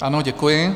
Ano, děkuji.